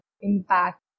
impact